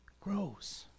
grows